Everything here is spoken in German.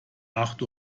acht